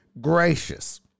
gracious